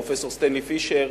פרופסור סטנלי פישר,